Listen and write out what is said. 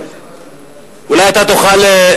אולי תוכל אתה,